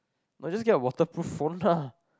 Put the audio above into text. no just get a waterproof phone lah